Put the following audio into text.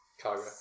cargo